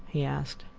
he asked.